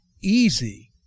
easy